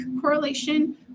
correlation